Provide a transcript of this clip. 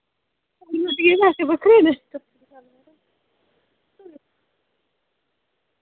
रुट्टियै दे पैसे बक्खरे न